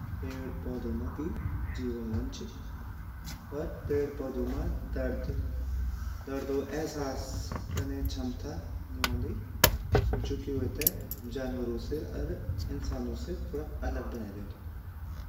पेड पौधो मा भी जेवण वोंदु ची पर पेड़ पौधों मा दर्दे एहसास काने छमता नि वोन्दि जु की वेते जानवरो से अर इंसानो से थोडा अलग बड़े दयोंदी।